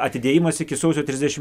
atidėjimas iki sausio trisdešim